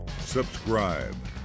subscribe